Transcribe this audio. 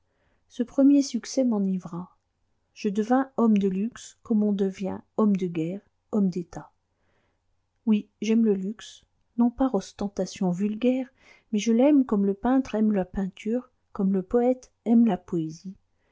ce premier succès m'enivra je devins homme de luxe comme on devient homme de guerre homme d'état oui j'aime le luxe non par ostentation vulgaire mais je l'aime comme le peintre aime la peinture comme le poëte aime la poésie